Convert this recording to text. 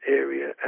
area